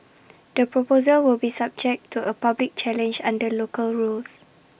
the proposal will be subject to A public challenge under local rules